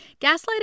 Gaslighting